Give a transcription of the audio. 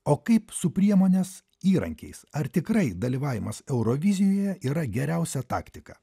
o kaip su priemonės įrankiais ar tikrai dalyvavimas eurovizijoje yra geriausia taktika